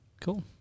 Cool